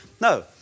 No